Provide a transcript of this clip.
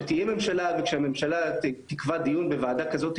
זה כמובן נמצא בנוסח,